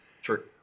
Sure